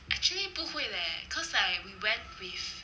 actually 不会 leh cause I we went with